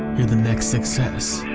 you're the next success.